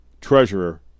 Treasurer